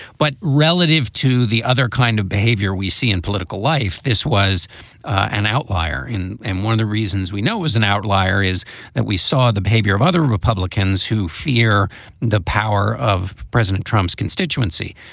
but relative to the other kind of behavior we see in political life, this was an outlier. and one of the reasons we know it was an outlier is that we saw the behavior of other and republicans who fear the power of president trump's constituency.